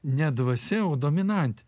ne dvasia o dominantė